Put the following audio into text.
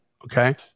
Okay